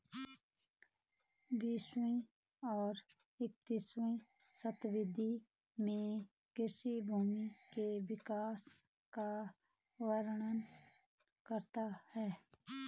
बीसवीं और इक्कीसवीं शताब्दी में कृषि भूमि के विकास का वर्णन करता है